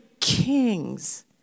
kings